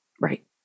Right